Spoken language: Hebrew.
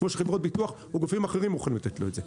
כמו שחברות ביטוח או גופים אחרים מוכנים לתת לו את זה.